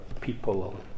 people